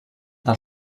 del